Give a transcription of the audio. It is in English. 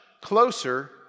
closer